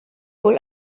wohl